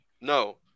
No